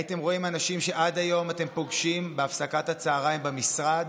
הייתם רואים אנשים שעד היום אתם פוגשים בהפסקת הצוהריים במשרד